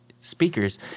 speakers